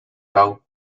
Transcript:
doubt